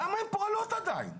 למה הן פועלות עדיין?